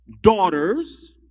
Daughters